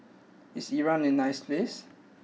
is Iran a nice place